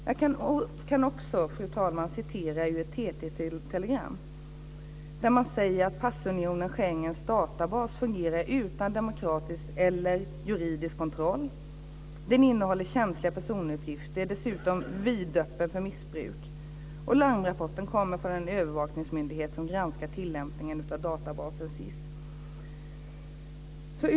Jag kan också, fru talman, återge en del av ett TT telegram, där man säger att passunionen Schengens databas fungerar utan demokratisk eller juridisk kontroll. Den innehåller känsliga personuppgifter och är dessutom vidöppen för missbruk. Larmrapporten kommer från en övervakningsmyndighet som granskar tillämpningen av databasen SIS.